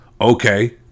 okay